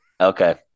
Okay